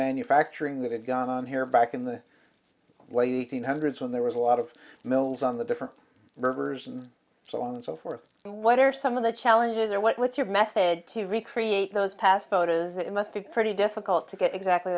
manufacturing that had gone on here back in the late hundreds when there was a lot of mills on the different rivers and so on and so forth what are some of the challenges or what's your method to recreate those past photos it must be pretty difficult to get exactly